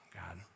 God